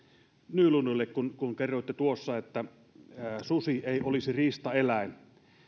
nylundille kun kun kerroitte tuossa että susi ei olisi riistaeläin